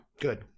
Good